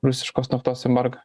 rusiškos naftos embargą